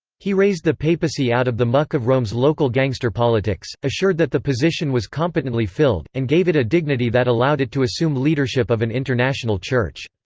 he raised the papacy out of the muck of rome's local gangster politics, assured that the position was competently filled, and gave it a dignity that allowed it to assume leadership of an international church.